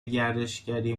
گردشگری